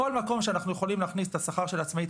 בכל מקום שאנחנו יכולים להכניס את השכר של עצמאי,